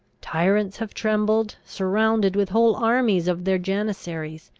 tyrants have trembled, surrounded with whole armies of their janissaries!